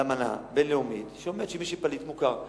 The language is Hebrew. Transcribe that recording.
על אמנה בין-לאומית שמי שפליט מוכר,